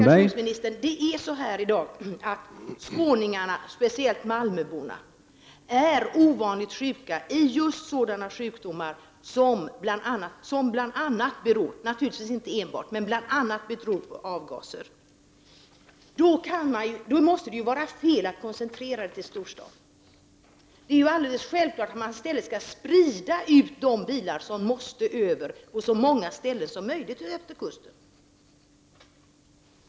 Herr talman! Faktum är att skåningarna, speciellt malmöborna, är ovanligt mycket sjuka. Och det är fråga om sådana sjukdomar som bl.a. — naturligtvis inte enbart — beror på avgaserna. Då måste det vara fel att koncentrera trafiken till storstaden. Det är alldeles självklart att de bilar som måste över Öresund i stället skall spridas till så många ställen som möjligt utefter kusten.